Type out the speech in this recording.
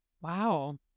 Wow